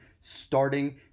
starting